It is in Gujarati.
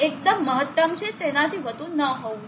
આ એકદમ મહત્તમ છે તેનાથી વધુ ન હોવું